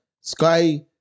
sky